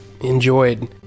enjoyed